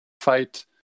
fight